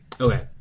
Okay